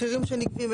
מחירים שנגבים.